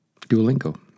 Duolingo